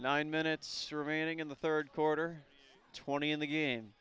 nine minutes remaining in the third quarter twenty in the game